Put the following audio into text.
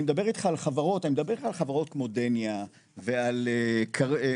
אני מדבר איתך על חברות כמו דניה ועל פרסקוב,